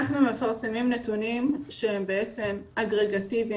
אנחנו מפרסמים נתונים שהם אגרגטיביים,